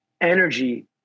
energy